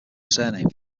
surname